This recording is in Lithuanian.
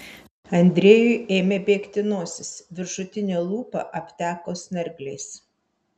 andrejui ėmė bėgti nosis viršutinė lūpa apteko snargliais